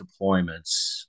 deployments